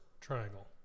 triangle